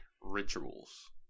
rituals